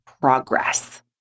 progress